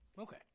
Okay